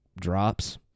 drops